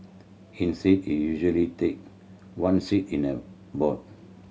instead it usually take one seat in their board